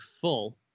full